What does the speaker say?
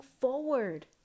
forward